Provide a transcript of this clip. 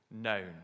known